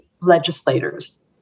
legislators